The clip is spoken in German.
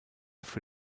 für